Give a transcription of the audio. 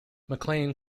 mclain